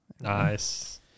Nice